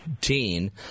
teen